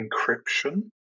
encryption